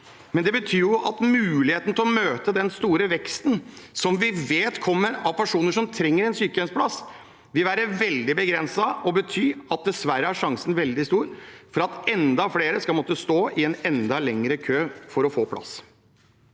men det betyr jo at muligheten til å møte den store veksten som vi vet kommer av personer som trenger en sykehjemsplass, vil være veldig begrenset, og at sjansen dessverre er veldig stor for at enda flere skal måtte stå i en enda lengre kø før å få plass.